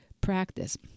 practice